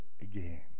again